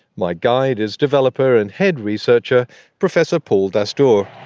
my guide is developer and head researcher professor paul dastoor.